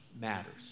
matters